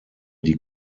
die